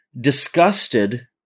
disgusted